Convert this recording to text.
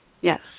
Yes